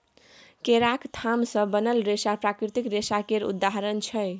केराक थाम सँ बनल रेशा प्राकृतिक रेशा केर उदाहरण छै